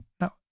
Now